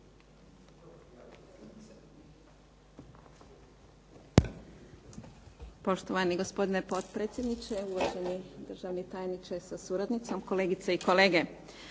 Poštovani gospodine potpredsjedniče, uvaženi državni tajniče sa suradnicom, kolegice i kolege.